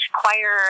choir